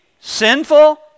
sinful